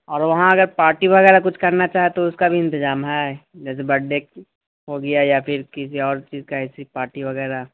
اور وہاں اگر پارٹی وغیرہ کچھ کرنا چاہے تو اس کا بھی انتظام ہے جیسے برتھ ڈے ہو گیا یا پھر کسی اور چیز کا ایسی پارٹی وغیرہ